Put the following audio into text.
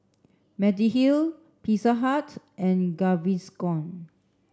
Mediheal Pizza Hut and Gaviscon